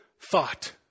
thought